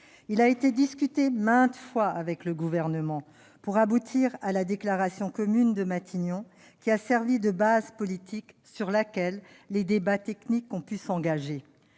Il a été discuté maintes fois avec le Gouvernement pour aboutir à la déclaration commune de Matignon, qui a servi de base politique sur laquelle les débats techniques ont pu s'engager.